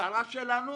השרה שלנו